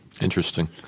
Interesting